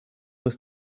was